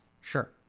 sure